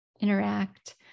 interact